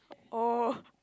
oh